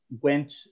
went